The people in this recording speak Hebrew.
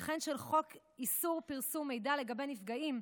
וכן של חוק איסור פרסום מידע לגבי נפגעים,